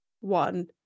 one